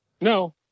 No